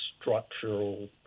structural